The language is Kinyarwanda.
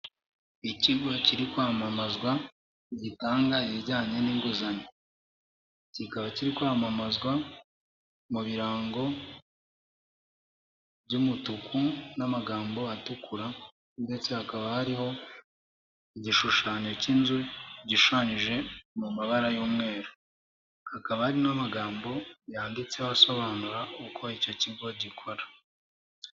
Ikigo kiri kwamamazwa, gitanga ibijyanye n'inguzanyo. Kikaba kiri kwamamazwa mu birango by'umutuku n'amagambo atukura ndetse hakaba hariho igishushanyo cy'inzu gishushanyije mu mabara y'umweru. Hakaba hari n'amagambo yanditseho asobanura uko icyo kigo gikora.